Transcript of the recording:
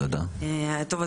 טוב,